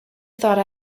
thought